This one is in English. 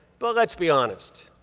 but let's be honest.